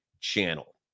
channel